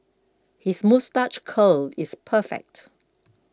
his moustache curl is perfect